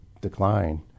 decline